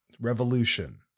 revolution